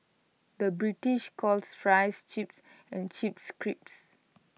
the British calls Fries Chips and Chips Crisps